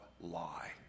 Lie